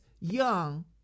young